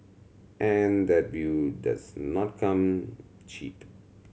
and that view does not come cheap